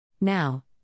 Now